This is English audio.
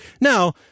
now